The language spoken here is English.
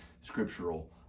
scriptural